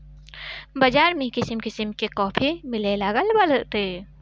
बाज़ार में किसिम किसिम के काफी मिलेलागल बाटे